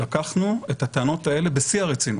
לקחנו את הטענות האלה בשיא הרצינות.